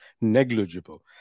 negligible